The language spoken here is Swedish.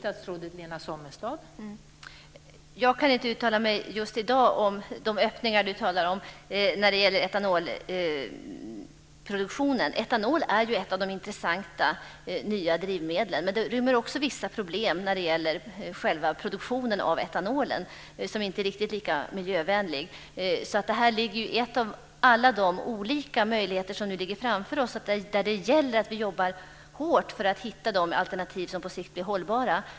Fru talman! Jag kan inte uttala mig i dag om de öppningar som Ulf Björklund talar om när det gäller etanolproduktionen. Etanol är ett av de intressanta nya drivmedlen. Men det rymmer också vissa problem med själva produktionen av etanol som inte är riktigt lika miljövänlig. Detta är en av alla de olika möjligheter som nu ligger framför oss, och det gäller att vi jobbar hårt för att hitta de alternativ som på sikt blir hållbara.